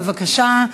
בבקשה,